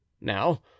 now